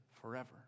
forever